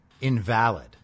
invalid